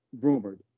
rumored